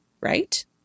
Right